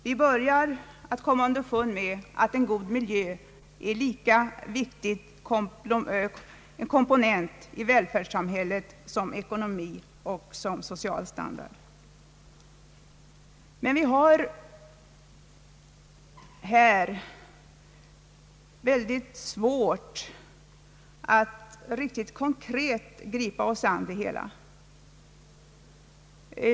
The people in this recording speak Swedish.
Vi börjar komma underfund med att en god miljö är en lika viktig komponent i välståndet som ekonomin och god social standard. Men vi har mycket svårt att riktigt konkret gripa oss an det hela.